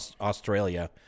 australia